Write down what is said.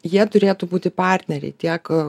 jie turėtų būti partneriai tiek